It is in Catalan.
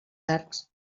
arcs